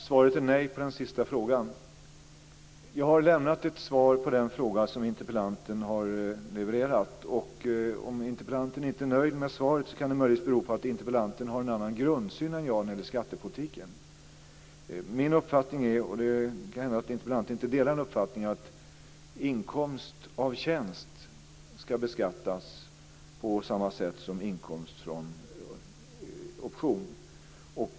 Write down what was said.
Fru talman! Svaret på den sista frågan är nej. Jag har lämnat ett svar på den fråga som interpellanten har levererat. Om interpellanten inte är nöjd med svaret kan det möjligen bero på att interpellanten har en annan grundsyn än jag när det gäller skattepolitiken. Min uppfattning är - och det kan hända att interpellanten inte delar den - att inkomst av tjänst ska beskattas på samma sätt som inkomst från option.